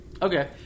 Okay